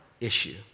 issue